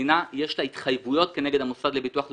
למדינה יש התחייבויות כנגד המוסד לביטוח הלאומי,